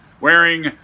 wearing